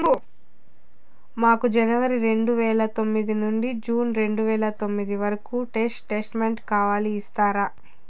మాకు జనవరి రెండు వేల పందొమ్మిది నుండి జూన్ రెండు వేల పందొమ్మిది వరకు స్టేట్ స్టేట్మెంట్ కావాలి ఇస్తారా